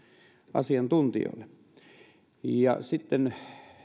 asiantuntijoille sitten